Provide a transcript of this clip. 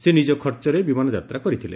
ସେ ନିଜ ଖର୍ଚ୍ଚରେ ବିମାନ ଯାତା କରିଥିଲେ